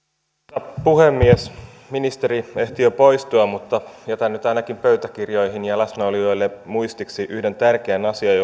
arvoisa puhemies ministeri ehti jo poistua mutta jätän nyt ainakin pöytäkirjoihin ja ja läsnäolijoille muistiksi yhden tärkeän asian